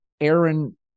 Aaron